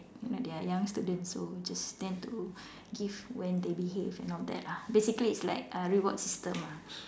you know they are young students so just tend to give when they behave and all that ah basically it's like a reward system ah